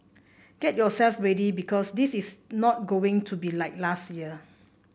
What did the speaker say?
get yourself ready because this is not going to be like last year